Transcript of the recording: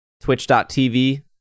twitch.tv